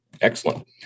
excellent